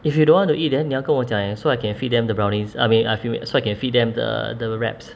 if you don't want to eat then 你要跟我讲 eh so I can feed them the brownies I mean I feel so I can feed them the the wraps